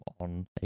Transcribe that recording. on